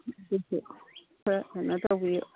ꯑꯗꯨꯁꯨ ꯈꯔ ꯀꯩꯅꯣ ꯇꯧꯕꯤꯌꯨ